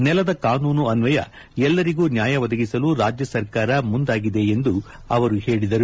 ನೆಲದ ಕಾನೂನು ಅನ್ವಯ ಎಲ್ಲರಿಗೂ ನ್ಯಾಯ ಒದಗಿಸಲು ರಾಜ್ಯ ಸರ್ಕಾರ ಮುಂದಾಗಿದೆ ಎಂದು ಹೇಳದರು